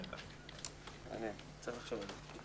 זה לא מה ששאלתי.